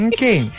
Okay